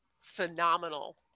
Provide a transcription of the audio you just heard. phenomenal